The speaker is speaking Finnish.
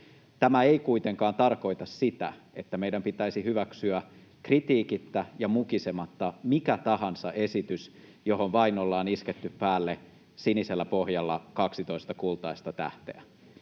Tämä ei kuitenkaan tarkoita sitä, että meidän pitäisi hyväksyä kritiikittä ja mukisematta mikä tahansa esitys, johon vain ollaan isketty päälle sinisellä pohjalla 12 kultaista tähteä.